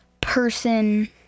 person